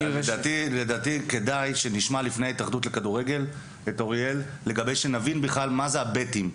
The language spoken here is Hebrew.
כדאי שנשמע את אוריאל כדי שנבין מה זה בכלל ה"בטים",